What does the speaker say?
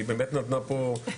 והיא באמת נתנה פה,